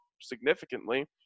significantly